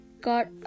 Got